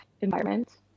environment